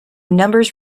numbers